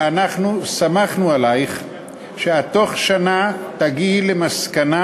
ואנחנו סמכנו עלייך שאת בתוך שנה תגיעי למסקנה,